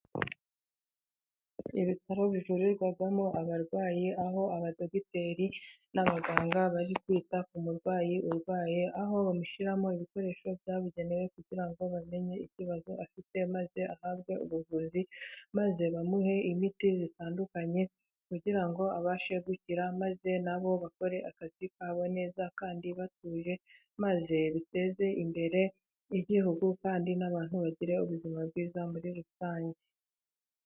Ibitaro bivurirwamo abarwayi, aho abadogiteri n'abaganga bari kwita ku murwayi urwaye, aho bamushyiramo ibikoresho byabigenewe kugira ngo bamenye ikibazo afite maze ahabwe ubuvuzi. Maze bamuhe imiti itandukanye kugira ngo abashe gukira. Maze na bo bakore akazi kabo neza kandi batuye. Maze duteze imbere igihugu, kandi n'abantu bagire ubuzima bwiza muri rusange.